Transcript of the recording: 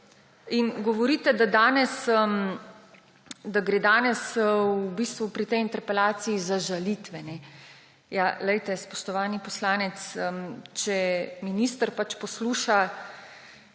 Govorite, da gre danes v bistvu pri tej interpelaciji za žalitve. Spoštovani poslanec, če minister posluša